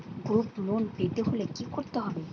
Group loan পেতে হলে কি করতে হবে?